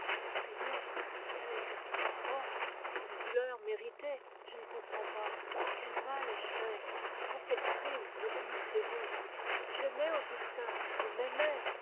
prier dit-elle pourquoi une douleur méritée je ne comprends pas quel mal ai-je fait pour quel crime me punissez vous j'aimais augustin il m'aimait